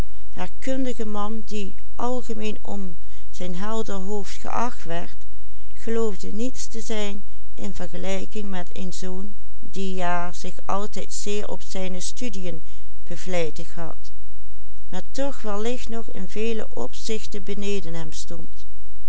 werd geloofde niets te zijn in vergelijking met een zoon die ja zich altijd zeer op zijne studiën bevlijtigd had maar toch wellicht nog in vele opzichten beneden hem stond